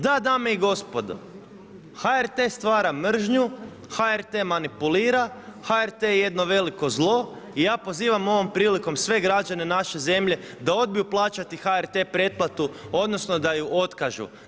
Da dame i gospodo, HRT stvara mržnju, HRT manipulira, HRT je jedno veliko zlo i ja pozivam ovom prilikom sve građane naše zemlje da odbiju plaćati HRT pretplatu, odnosno, da ju otkažu.